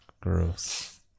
Gross